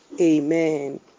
Amen